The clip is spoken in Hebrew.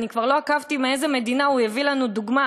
אני כבר לא עקבתי מאיזו מדינה הוא הביא לנו דוגמה.